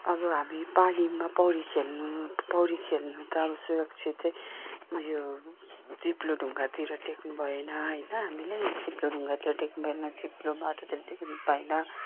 अब हामी पानीमा पौडी खेल्नु पौडी खेल्नु त अब सुरक्षित चाहिँ यो चिप्लो ढुङ्गातिर टेक्नु भएन होइन हामीले चिप्लो ढुङ्गातिर टेक्नु भएन चिप्लो माटोतिर टेक्नु भएन